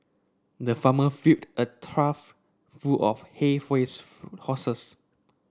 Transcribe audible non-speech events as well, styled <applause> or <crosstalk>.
the farmer filled a trough full of hay for his <unintelligible> horses